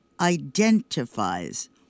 identifies